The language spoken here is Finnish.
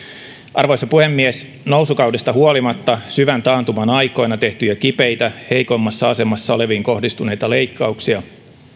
arvoisa puhemies nousukaudesta huolimatta syvän taantuman aikoina tehtyjä kipeitä heikommassa asemassa oleviin kohdistuneita leikkauksia